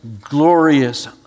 glorious